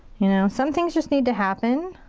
you know, some things just need to happen.